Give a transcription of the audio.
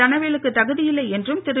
தனவேலுக்கு தகுதியில்லை என்றும் திரு